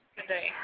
today